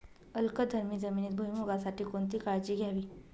अल्कधर्मी जमिनीत भुईमूगासाठी कोणती काळजी घ्यावी?